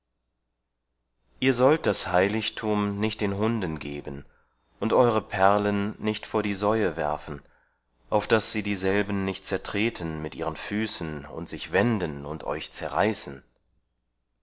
ihr sollt das heiligtum nicht den hunden geben und eure perlen nicht vor die säue werfen auf daß sie dieselben nicht zertreten mit ihren füßen und sich wenden und euch zerreißen